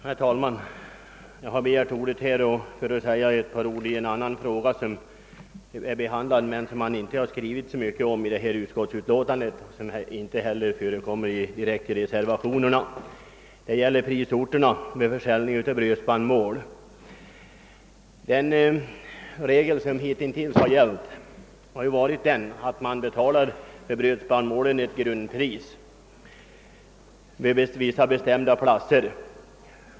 Herr talman! Jag har begärt ordet för att säga några ord i en fråga som är behandlad men som man inte skrivit så mycket om i detta utskottsutlåtande och som inte heller förekommer i någon reservation. Det gäller prisorterna vid försäljning av brödspannmål. Den regel som hitintills har gällt har varit den, att man för brödspannmålen betalar ett grundpris på vissa bestämda platser.